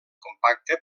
compacte